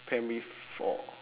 primary four